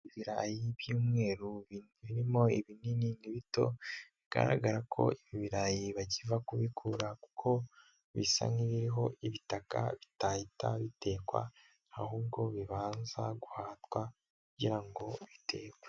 Ibirayi by'umweru birimo ibinini n'ibito, bigaragara ko ibi birayi bakiva kubikura kuko bisa nki'ibiriho ibitaka bitahita bitekwa ahubwo bibanza guhatwa kugira ngo bitekwe.